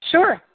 Sure